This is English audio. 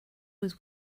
was